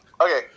Okay